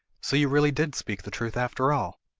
so you really did speak the truth after all!